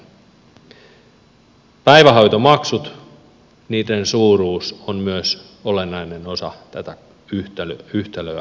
päivähoitomaksut niitten suuruus on myös olennainen osa tätä yhtälöä kokonaisuutta